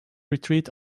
retreat